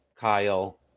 Kyle